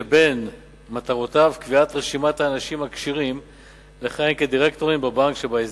שבין מטרותיו קביעת רשימת האנשים הכשירים לכהן כדירקטורים בבנק שבהסדר.